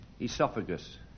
Esophagus